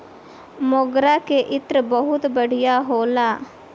मोगरा के इत्र बहुते बढ़िया होला